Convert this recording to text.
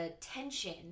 tension